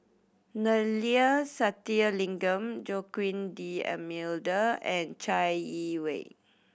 Neila Sathyalingam Joaquim D'Almeida and Chai Yee Wei